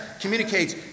communicates